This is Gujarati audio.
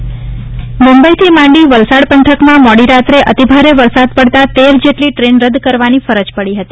વરસાદ મુંબઇથી માંડી વલસાડ પંથકમાં મોડી રાત્રે અતિભારે વરસાદ પડતા તેર જેટલી ટ્રેન રદ કરવાની ફરજ પડી હતી